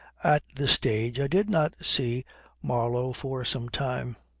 at this stage i did not see marlow for some time.